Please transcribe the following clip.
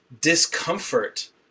discomfort